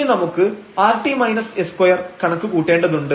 ഇനി നമുക്ക് rt s2 കണക്ക് കൂട്ടേണ്ടതുണ്ട്